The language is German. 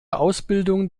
ausbildung